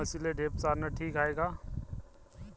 गाई म्हशीले ढेप चारनं ठीक हाये का?